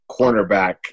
cornerback